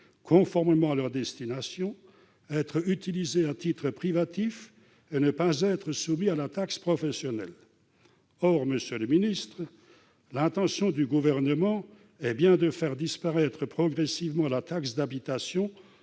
conformément à leur destination et occupés à titre privatif », et ne pas être soumis à la taxe professionnelle. Or l'intention du Gouvernement est bien de faire disparaître progressivement la taxe d'habitation